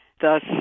thus